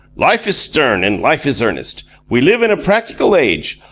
life is stern and life is earnest. we live in a practical age.